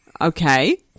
Okay